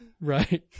Right